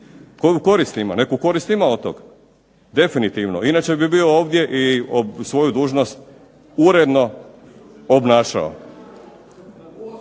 Neku korist ima od tog, definitivno. Inače bi bio ovdje i svoju dužnost uredno obnašao.